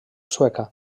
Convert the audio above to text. sueca